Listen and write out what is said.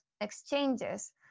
exchanges